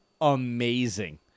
amazing